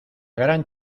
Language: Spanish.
gran